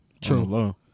True